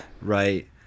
Right